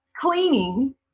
cleaning